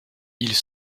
ils